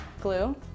glue